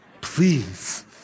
Please